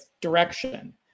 direction